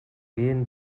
gehen